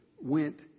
went